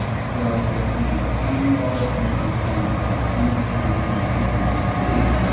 so, you know a twenty year old usually spends about twenty percent of the night in deep sleep,